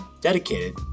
dedicated